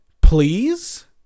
Please